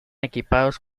equipados